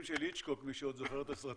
בסרטים של היצ'קוק, מי שעוד זוכר את הסרטים,